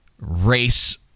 race